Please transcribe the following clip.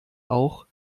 auch